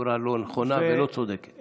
בצורה לא נכונה ולא צודקת.